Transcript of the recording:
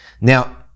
Now